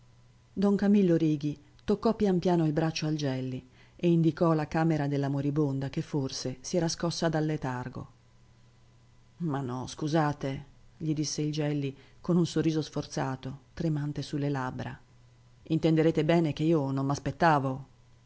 don camillo righi toccò pian piano il braccio al gelli e indicò la camera della moribonda che forse si era scossa dal letargo ma no scusate gli disse il gelli con un sorriso sforzato tremante su le labbra intenderete bene che io non